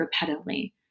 repetitively